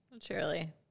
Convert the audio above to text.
Surely